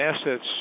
assets